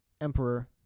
Emperor